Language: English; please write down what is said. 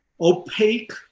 opaque